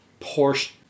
Porsche